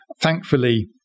Thankfully